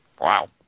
Wow